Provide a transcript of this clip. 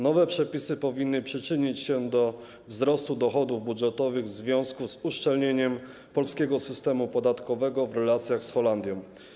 Nowe przepisy powinny przyczynić się do wzrostu dochodów budżetowych w związku z uszczelnieniem polskiego systemu podatkowego w relacjach z Holandią.